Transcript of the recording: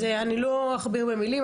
אני לא אכביר במילים,